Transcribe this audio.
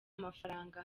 mafaranga